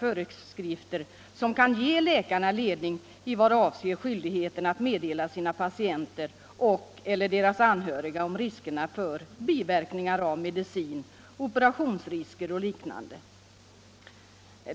föreskrifter som kan ge läkarna ledning i vad avser skyldigheten att meddela sina patienter och/eller deras anhöriga om riskerna för biverkningar av medicin, operationsrisker och liknande.